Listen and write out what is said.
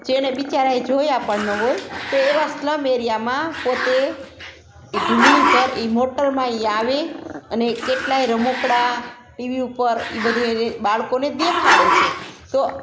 જેને બિચારાએ જોયા પણ ન હોય તો એવા સ્લમ એરિયામાં પોતે એ ઢીંગલી ઘર એ મોટરમાં એ આવે અને કેટલાય રમકડાં ટીવી ઉપર એ બધું એને બાળકોને દેખાડે છે તો